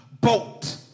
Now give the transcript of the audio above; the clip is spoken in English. boat